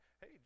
Hey